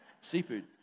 seafood